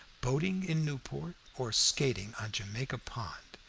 boating in newport or skating on jamaica pond?